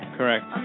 Correct